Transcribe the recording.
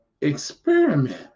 experiment